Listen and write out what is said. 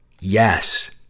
yes